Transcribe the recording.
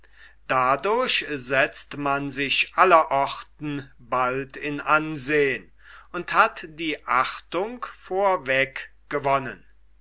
dadurch setzt man sich allerorten bald in ansehn und hat die achtung vorweg gewonnen